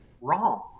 wrong